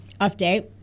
update